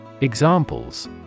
Examples